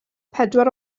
pedwar